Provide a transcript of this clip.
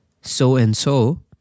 so-and-so